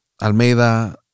Almeida